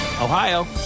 Ohio